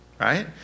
right